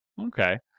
Okay